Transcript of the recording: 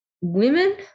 Women